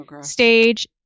stage